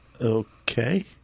Okay